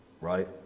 right